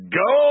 go